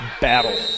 battle